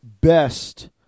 best